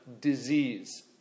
disease